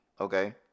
Okay